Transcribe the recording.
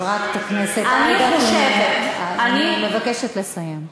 חברת הכנסת עאידה סלימאן, אני מבקשת לסיים.